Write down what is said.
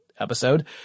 episode